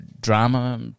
drama